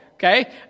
Okay